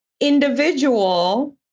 individual